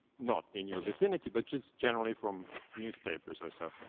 not in your vicinity, but just generally, from newspapers or so.